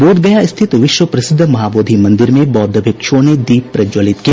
बोध गया स्थित विश्व प्रसिद्ध महाबोधि मंदिर में बौद्ध भिक्षुओं ने दीप प्रज्जवलित किया